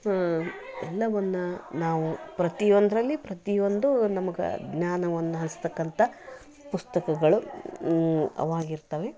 ಎಲ್ಲವನ್ನೂ ನಾವು ಪ್ರತಿಯೊಂದರಲ್ಲಿ ಪ್ರತಿಯೊಂದು ನಮಗೆ ಜ್ಞಾನವನ್ನು ಹಂಚ್ಚತಕ್ಕಂಥ ಪುಸ್ತಕಗಳು ಆವಾಗಿರ್ತವೆ